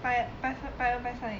拜拜拜二拜三而已